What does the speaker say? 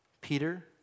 Peter